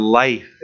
life